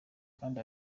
kandi